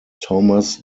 thomas